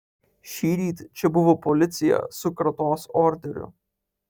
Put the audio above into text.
šįryt čia buvo policija su kratos orderiu